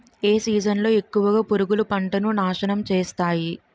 ఏ season లో ఎక్కువుగా పురుగులు పంటను నాశనం చేస్తాయి?